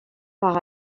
par